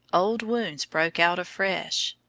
old wounds broke out afresh.